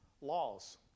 laws